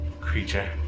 creature